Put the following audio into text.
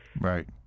right